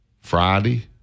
Friday